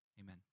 Amen